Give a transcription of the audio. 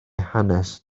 hanes